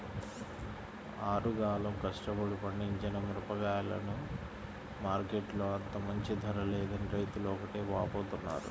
ఆరుగాలం కష్టపడి పండించిన మిరగాయలకు మార్కెట్టులో అంత మంచి ధర లేదని రైతులు ఒకటే వాపోతున్నారు